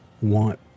want